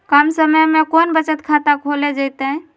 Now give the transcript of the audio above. कम समय में कौन बचत खाता खोले जयते?